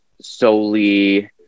solely